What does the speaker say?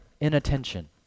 inattention